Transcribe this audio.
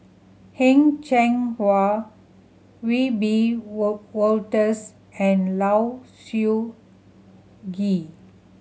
Heng Cheng Hwa Wiebe Wolters and Low Siew Nghee